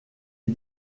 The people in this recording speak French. est